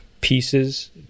Pieces